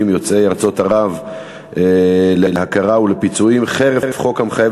יוצאי ארצות ערב להכרה ולפיצויים חרף חוק המחייב